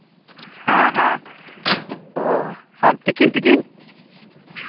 ᱦᱮᱸ ᱦᱮᱸ ᱚ ᱟᱨ ᱛᱤᱠᱤᱱ ᱛᱤᱠᱤᱱ